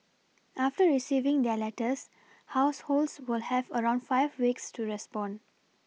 after receiving their letters households will have around five weeks to respond